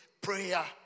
prayer